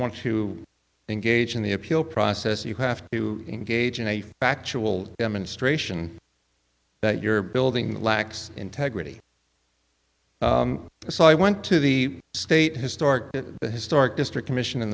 want to engage in the appeal process you have to engage in a factual demonstration that you're building lacks integrity so i went to the state historic the historic district commission in